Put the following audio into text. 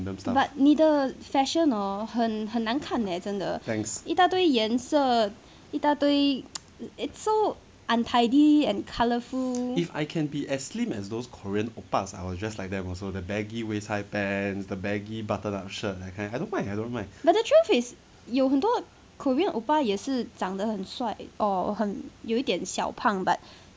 but 你的 fashion hor 很很难看 leh 真的一大堆颜色一大堆 it's so untidy and colourful but the truth is 有很多 korean 也是长得很帅 or 很有点小胖 but